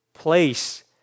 place